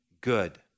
good